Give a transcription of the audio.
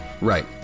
Right